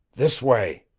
this way,